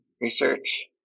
research